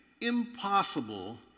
impossible